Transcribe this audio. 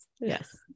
Yes